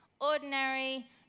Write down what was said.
ordinary